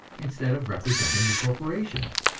instead of representing the corporations.